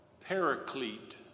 paraclete